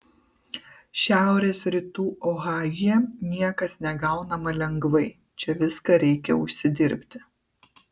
šiaurės rytų ohajuje niekas negaunama lengvai čia viską reikia užsidirbti